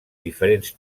diferents